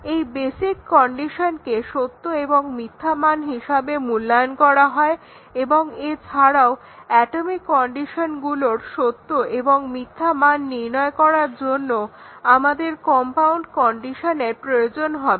এই বেসিক কন্ডিশনকে সত্য এবং মিথ্যা মান হিসাবে মূল্যায়ন করা হয় এবং এছাড়াও এই অ্যাটমিক কন্ডিশনগুলোর সত্য এবং মিথ্যা মান নির্ণয় করার জন্য আমাদের কম্পাউন্ড কন্ডিশনের প্রয়োজন হবে